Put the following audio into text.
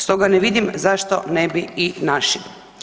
Stoga ne vidim zašto ne bi i naši.